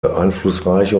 einflussreiche